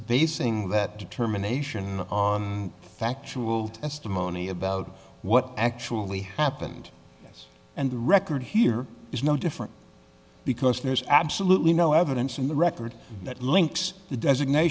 basing that determination on factual testimony about what actually happened yes and the record here is no different because there's absolutely no evidence in the record that links the designat